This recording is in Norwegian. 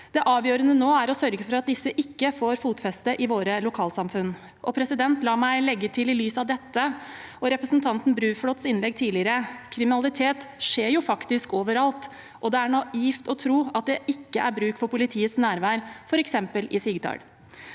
Det avgjørende nå er å sørge for at disse ikke får fotfeste i våre lokalsamfunn. Og la meg legge til, i lys av dette og representanten Bruflots innlegg tidligere: Kriminalitet skjer jo faktisk overalt, og det er naivt å tro at det ikke er bruk for politiets nærvær f.eks. i Sigdal.